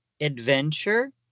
adventure